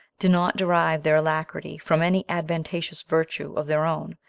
do not derive their alacrity from any advantageous virtue of their own,